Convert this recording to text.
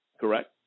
correct